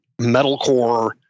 metalcore